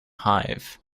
hive